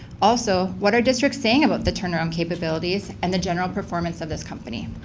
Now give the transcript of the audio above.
also, what are districts saying about the turnaround capabilities and the general performance of this company?